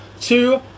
Two